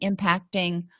impacting